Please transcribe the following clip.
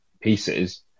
pieces